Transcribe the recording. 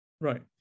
right